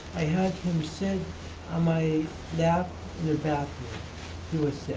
i had him sit on my lap in the bathroom, he was six.